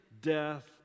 Death